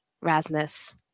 Rasmus